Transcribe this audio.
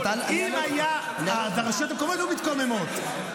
אם היה, הרשויות המקומיות היו מתקוממות.